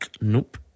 Nope